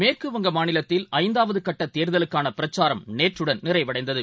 மேற்குவங்க மாநிலத்தில் ஐந்தாவதுகட்டதேர்தலுக்கானபிரச்சாரம் நேற்றுடன் நிறைவடைந்தது